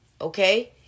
Okay